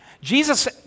Jesus